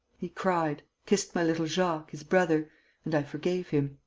he cried, kissed my little jacques, his brother and i forgave him.